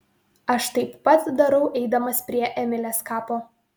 aš taip pat darau eidamas prie emilės kapo